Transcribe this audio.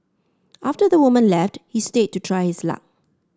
after the woman left he stayed to try his luck